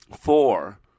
Four